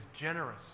generous